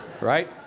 Right